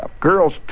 Girls